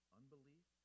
unbelief